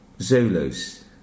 Zulus